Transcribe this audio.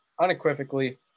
unequivocally